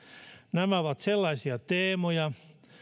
nämä ovat sellaisia teemoja